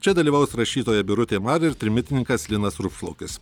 čia dalyvaus rašytoja birutė mar ir trimitininkas linas rupšlaukis